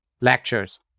lectures